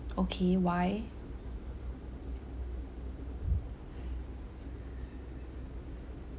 okay why